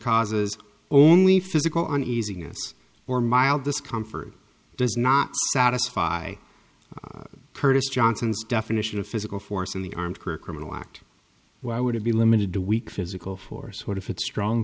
causes only physical an easing its or mild discomfort does not satisfy curtis johnson's definition of physical force in the armed criminal act why would it be limited to weak physical force what if it's strong